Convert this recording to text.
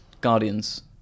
Guardians